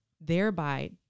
thereby